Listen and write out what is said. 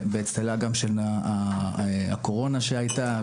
גם באצטלה של הקורונה שהיתה,